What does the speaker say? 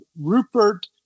Rupert